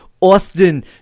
Austin